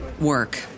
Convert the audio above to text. work